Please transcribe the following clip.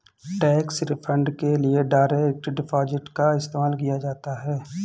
tax refund के लिए direct deposit का इस्तेमाल किया जा सकता हैं